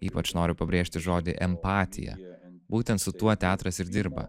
ypač noriu pabrėžti žodį empatija būtent su tuo teatras ir dirba